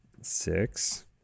Six